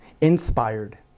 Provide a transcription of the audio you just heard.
inspired